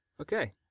Okay